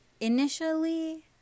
Initially